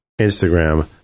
Instagram